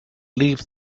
leave